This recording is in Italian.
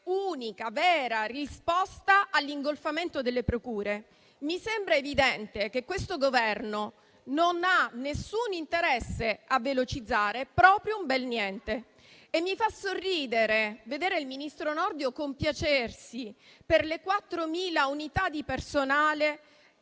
unica e vera risposta all'ingolfamento delle procure, mi sembra evidente che questo Governo non abbia nessun interesse a velocizzare proprio un bel niente. E mi fa sorridere vedere il ministro Nordio compiacersi per le 4.000 unità di personale